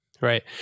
Right